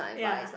ya